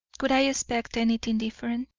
could i expect anything different?